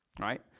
right